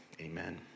amen